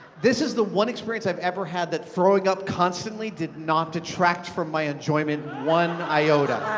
this is the one experience i've ever had that throwing up constantly did not detract from my enjoyment one iota.